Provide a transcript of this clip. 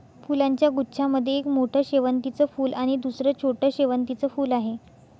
फुलांच्या गुच्छा मध्ये एक मोठं शेवंतीचं फूल आणि दुसर छोटं शेवंतीचं फुल आहे